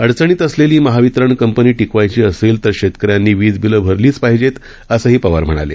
अडचणीत असलेली महावितरण कंपनी टिकवायची असेल तर शेतकऱ्यांनी वीजबिलं भरलीच पाहिजेत असंही पवार म्हणाले